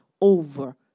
over